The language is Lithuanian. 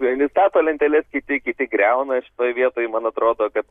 vieni stato lenteles kiti kiti griauna ir šitoj vietoj man atrodo kad